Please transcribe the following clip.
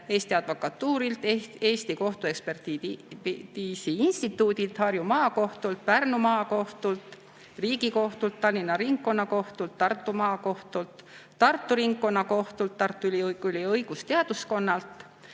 Eesti Advokatuurilt, Eesti Kohtuekspertiisi Instituudilt, Harju Maakohtult, Pärnu Maakohtult, Riigikohtult, Tallinna Ringkonnakohtult, Tartu Maakohtult, Tartu Ringkonnakohtult, Tartu Ülikooli õigusteaduskonnalt,